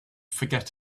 forget